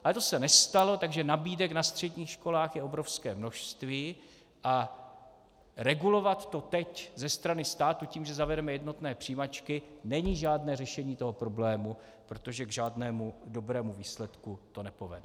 Ale to se nestalo, takže nabídek na středních školách je obrovské množství a regulovat to teď ze strany státu tím, že zavedeme jednotné přijímačky, není žádné řešení toho problému, protože k žádnému dobrému výsledku to nepovede.